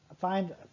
find